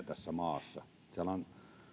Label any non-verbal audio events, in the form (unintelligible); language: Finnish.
(unintelligible) tässä maassa siellä